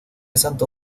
santo